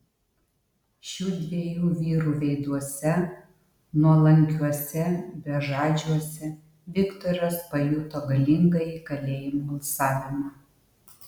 šių dviejų vyrų veiduose nuolankiuose bežadžiuose viktoras pajuto galingąjį kalėjimo alsavimą